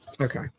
Okay